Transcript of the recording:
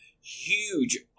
Huge